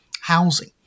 housing